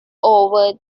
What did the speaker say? over